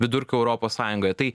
vidurkiu europos sąjungoje tai